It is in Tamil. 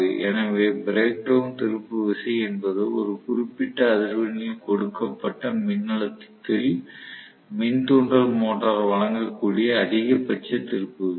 எனவே பிரேக் டௌன் திருப்பு விசை என்பது ஒரு குறிப்பிட்ட அதிர்வெண்ணில் கொடுக்கப்பட்ட மின்னழுத்தத்தில் மின் தூண்டல் மோட்டார் வழங்கக்கூடிய அதிகபட்ச திருப்பு விசை